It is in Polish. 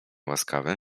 łaskawy